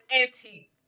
antique